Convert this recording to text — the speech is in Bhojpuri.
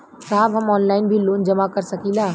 साहब हम ऑनलाइन भी लोन जमा कर सकीला?